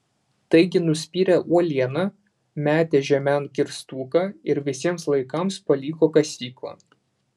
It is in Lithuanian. taigi nuspyrė uolieną metė žemėn kirstuką ir visiems laikams paliko kasyklą